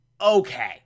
okay